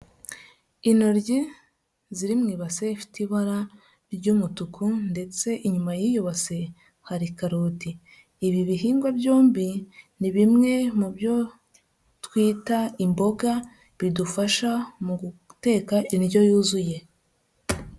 Intoryi ziri mu ibasi ifite ibara ry'umutuku ndetse inyuma y'iyo base hari karoti, ibi bihingwa byombi ni bimwe mu byo twita imboga bidufasha mu guteka indyo yuzuye.